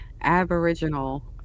Aboriginal